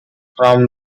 from